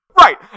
right